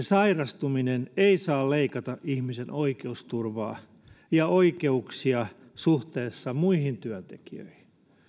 sairastuminen ei saa leikata ihmisen oikeusturvaa ja oikeuksia suhteessa muihin työntekijöihin